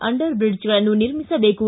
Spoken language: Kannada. ಅಂಡರ್ ಬ್ರಿಡ್ಜ್ಗಳನ್ನು ನಿರ್ಮಿಸಬೇಕು